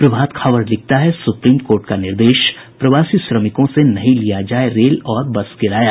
प्रभात खबर लिखता है supreme court का निर्देश प्रवासी श्रमिकों से नहीं लिया जाए रेल और बस किराया